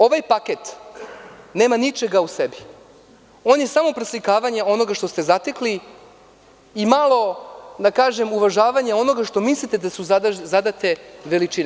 Ovaj paket nema ničega u sebi, on je samo preslikavanje onoga što ste zatekli i malo uvažavanja onoga što mislite da su zadate veličine.